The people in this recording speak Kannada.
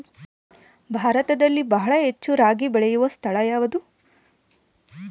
ಭಾರತದಲ್ಲಿ ಬಹಳ ಹೆಚ್ಚು ರಾಗಿ ಬೆಳೆಯೋ ಸ್ಥಳ ಯಾವುದು?